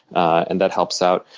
and that helps out.